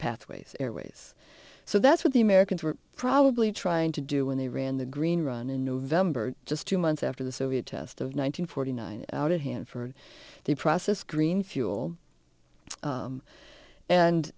pathways airways so that's what the americans were probably trying to do when they ran the green run in november just two months after the soviet test of nine hundred forty nine out of hand for the process green fuel